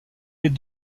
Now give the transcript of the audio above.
les